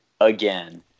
again